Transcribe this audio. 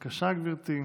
בבקשה, גברתי.